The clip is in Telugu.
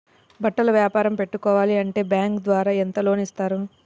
బట్టలు వ్యాపారం పెట్టుకోవాలి అంటే బ్యాంకు ద్వారా ఎంత లోన్ ఇస్తారు?